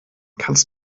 kannst